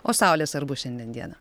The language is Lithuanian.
o saulės ar bus šiandien dieną